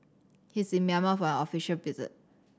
he is in Myanmar for an official visit